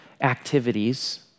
activities